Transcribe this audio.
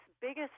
biggest